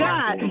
God